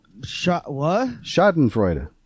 Schadenfreude